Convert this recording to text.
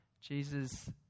Jesus